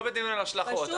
לא בדיון על השלכות.